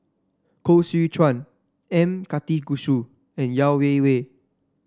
Koh Seow Chuan M Karthigesu and Yeo Wei Wei